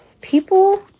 people